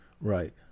Right